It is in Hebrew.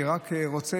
אני רק רוצה